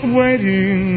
waiting